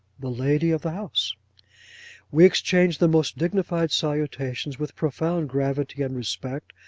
the lady of the house we exchanged the most dignified salutations with profound gravity and respect,